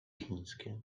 chińskie